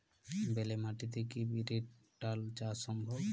বেলে মাটিতে কি বিরির ডাল চাষ সম্ভব?